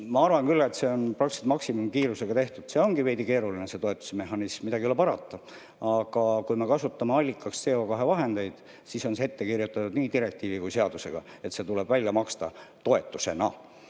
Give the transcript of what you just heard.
ma arvan küll, et see on praktiliselt maksimumkiirusega tehtud. See ongi veidi keeruline, see toetusmehhanism, midagi ei ole parata. Aga kui me kasutame allikaks CO2vahendeid, siis on see ette kirjutatud nii direktiivi kui ka seadusega, et see tuleb välja maksta toetusena.